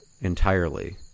entirely